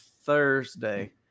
Thursday